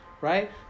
right